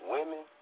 Women